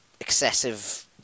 excessive